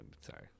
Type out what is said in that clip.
sorry